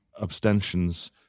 abstentions